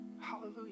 Hallelujah